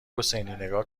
حسینی، نگاه